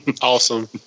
Awesome